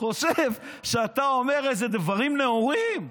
חושב שאתה אומר איזה דברים נאורים,